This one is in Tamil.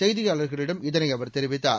செய்தியாளர்களிடம் இதனை அவர் தெரிவித்தார்